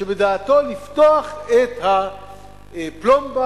שבדעתו לפתוח את הפלומבה,